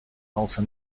also